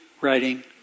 writing